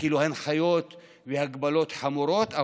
לתת הנחיות והגבלות חמורות,